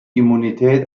immunität